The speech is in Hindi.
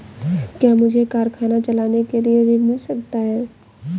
क्या मुझे कारखाना चलाने के लिए ऋण मिल सकता है?